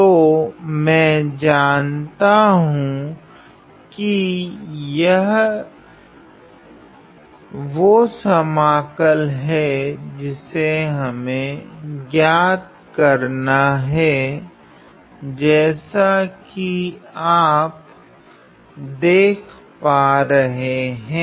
तो मैं जनता हूँ की यह वो समाकल है जिसे हमे हल करना हैं जैसा की आप देख प रहे है